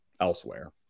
elsewhere